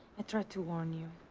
i tried to warn you.